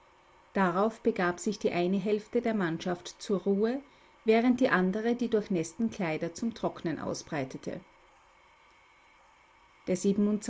darauf begab sich die eine hälfte der mannschaft zur ruhe während die andere die durchnäßten kleider zum trocknen ausbreitete der